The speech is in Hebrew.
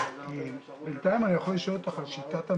היום אנחנו נתמקד לא בכל שאר הדברים אלא באמת בהצגת מסקנות